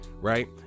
right